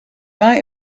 might